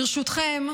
ברשותכם,